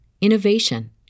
innovation